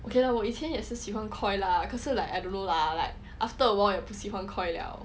okay lah 我以前也是喜欢 Koi lah 可是 like I don't know lah like after a while 又不喜欢 Koi